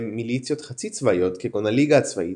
מיליציות "חצי צבאיות" כגון הליגה הצבאית,